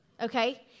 Okay